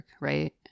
right